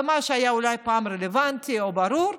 ומה שאולי היה פעם רלוונטי או ברור,